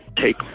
take